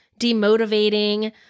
demotivating